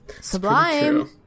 sublime